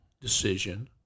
decision